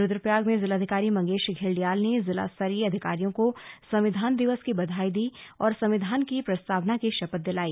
रुद्वप्रयाग में जिलाधिकारी मंगेश धिडिल्याल ने जिला स्तरीय अधिकारियों को संविधान दिवस की बधाई दी और संविधान की प्रस्तावना की शपथ दिलाई